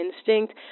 instinct